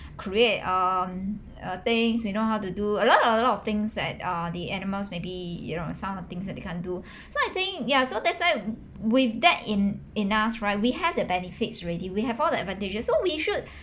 create um uh things we know how to do a lot a lot of things that uh the animals maybe you know some of things that they can't do so I think ya so that's why with that en~ enough right we have the benefits already we have all the advantages so we should